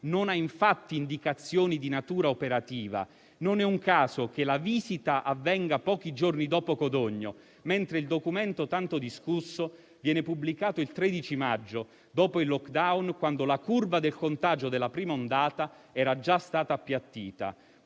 non ha infatti indicazioni di natura operativa. Non è un caso che la visita avvenga pochi giorni dopo Codogno, mentre il documento tanto discusso viene pubblicato il 13 maggio, dopo il *lockdown*, quando la curva del contagio della prima ondata era già stata appiattita.